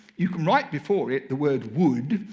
you can write before it the word wood,